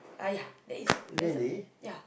ah yeah that is there's a place